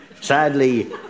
sadly